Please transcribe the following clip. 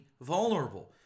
vulnerable